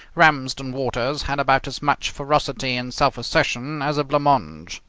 ramsden waters had about as much ferocity and self-assertion as a blanc mange.